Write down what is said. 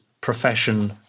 profession